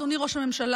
אדוני ראש הממשלה,